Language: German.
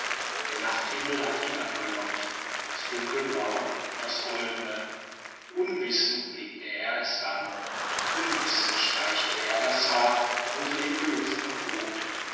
der nachthimmel hat ihn angelockt das dunkelblaue und das goldene unwissend blickt er es an unwissend streicht er das haar unter dem gelüpften hut